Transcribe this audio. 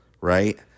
right